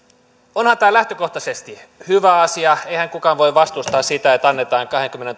onhan tämä lähtökohtaisesti hyvä asia eihän kukaan voi vastustaa sitä että annetaan